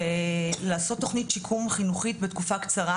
ולעשות תכנית שיקום חינוכית בתקופה קצרה,